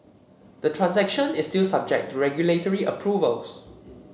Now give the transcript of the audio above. the transaction is still subject to regulatory approvals